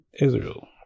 Israel